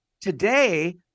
Today